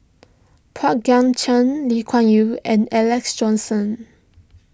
Pang Guek Cheng Lee Kuan Yew and Alex Johnson